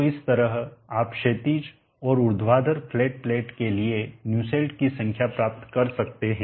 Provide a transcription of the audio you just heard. तो इस तरह आप क्षैतिज और ऊर्ध्वाधर फ्लैट प्लेट के लिए न्यूसेल्ट की संख्या प्राप्त कर सकते हैं